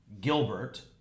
Gilbert